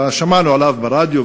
ושמענו ברדיו,